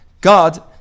God